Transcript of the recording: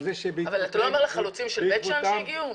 אתה לא מדבר על החלוצים שהגיעו לבית שאן.